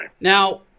Now